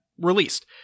released